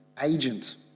agent